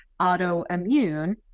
autoimmune